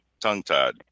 tongue-tied